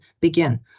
begin